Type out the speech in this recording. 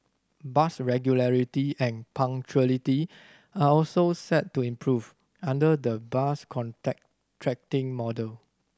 bus regularity and punctuality are also set to improve under the bus model